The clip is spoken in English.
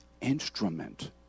instrument